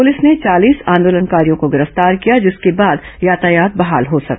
police ने चालीस आंदोलनकारियों को गिरफ्तार किया जिसके बाद यातायात बहाल हो सका